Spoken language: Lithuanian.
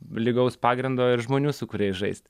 lygaus pagrindo ir žmonių su kuriais žaisti